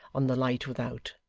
on the light without,